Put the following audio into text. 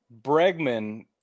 Bregman